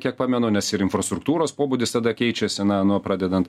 kiek pamenu nes ir infrastruktūros pobūdis tada keičiasi na nuo pradedant